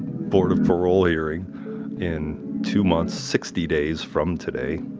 board of parole hearing in two months, sixty days from today.